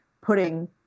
putting